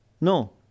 No